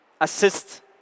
assist